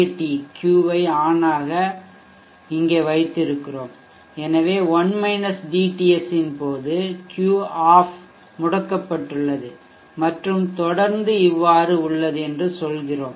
D கியூவை on ஆக இங்கே வைத்திருக்கிறோம் எனவே 1 dTS போது Q ஆஃப் முடக்கப்பட்டுள்ளது மற்றும் தொடர்ந்து இவ்வாறு உள்ளது என்று சொல்கிறோம்